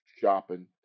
shopping